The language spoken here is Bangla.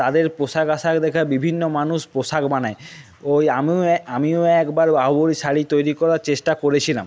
তাদের পোশাক আশাক দেখে বিভিন্ন মানুষ পোশাক বানায় ওই আমিও অ্যা আমিও একবার বাহুবলীর শাড়ি তৈরি করার চেষ্টা করেছিলাম